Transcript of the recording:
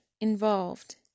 involved